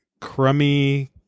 crummy